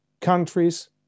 countries